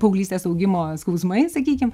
paauglystės augimo skausmai sakykim